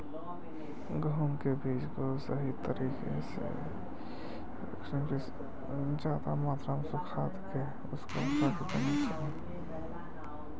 गेहूं के अनाज सही तरीका से कैसे रखला पर सुरक्षित रहतय?